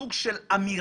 סוג של אמירה